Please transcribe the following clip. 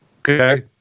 okay